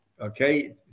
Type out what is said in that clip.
okay